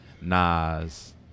Nas